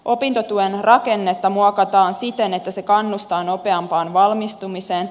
opintotuen rakennetta muokataan siten että se kannustaa nopeampaan valmistumiseen